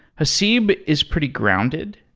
haseeb is pretty grounded.